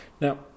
Now